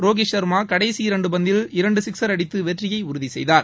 ரோஹித் சர்மா கடைசி இரண்டு பந்தில் இரண்டு சிக்சர் அடித்து வெற்றியை உறுதி செய்தார்